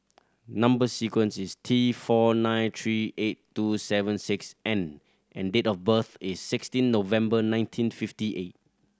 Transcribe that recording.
number sequence is T four nine three eight two seven six N and date of birth is sixteen November nineteen fifty eight